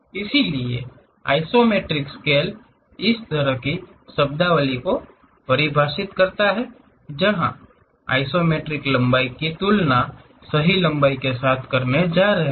इसलिए isometric scale इस तरह की शब्दावली को परिभाषित करता है जहां हम आइसोमेट्रिक लंबाई की तुलना सही लंबाई के साथ करने जा रहे हैं